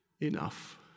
enough